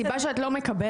הסיבה שאת לא מקבלת,